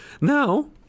Now